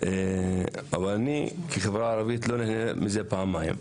אבל אני כחברה ערבית לא נהנה מזה, פעמיים.